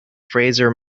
fraser